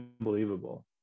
unbelievable